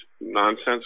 nonsense